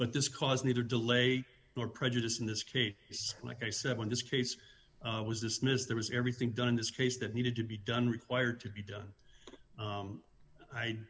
but this caused me to delay more prejudiced in this case like i said when this case was dismissed there was everything done in this case that needed to be done required to be done